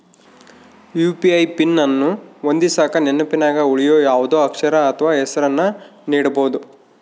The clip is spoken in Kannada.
ಯು.ಪಿ.ಐ ಪಿನ್ ಅನ್ನು ಹೊಂದಿಸಕ ನೆನಪಿನಗ ಉಳಿಯೋ ಯಾವುದೇ ಅಕ್ಷರ ಅಥ್ವ ಹೆಸರನ್ನ ನೀಡಬೋದು